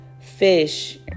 fish